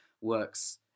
works